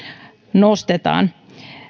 nostetaan